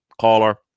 caller